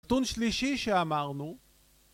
נתון שלישי שאמרנו